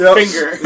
finger